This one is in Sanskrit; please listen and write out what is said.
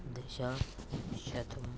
दश शतम्